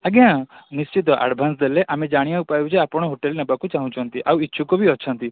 ଆଜ୍ଞା ନିଶ୍ଚିତ ଆଡ଼ଭାନ୍ସ ଦେଲେ ଆମେ ଜାଣିବାକୁ ପାଇବୁ ଯେ ଆପଣ ହୋଟେଲ ନେବାକୁ ଚାହୁଁଛନ୍ତି ଆଉ ଇଚ୍ଛୁକ ବି ଅଛନ୍ତି